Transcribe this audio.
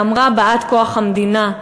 ואמרה באת-כוח המדינה: